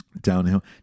downhill